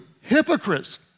hypocrites